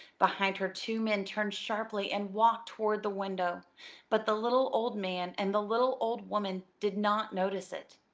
behind her two men turned sharply and walked toward the window but the little old man and the little old woman did not notice it.